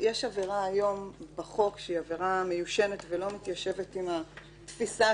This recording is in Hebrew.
יש עבירה בחוק היום שהיא מיושנת ולא מתיישבת עם התפיסה